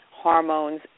hormones